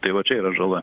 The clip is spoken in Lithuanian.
tai va čia yra žala